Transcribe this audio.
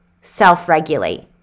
self-regulate